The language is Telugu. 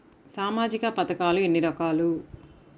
సామాజిక పథకాలు ఎన్ని రకాలు?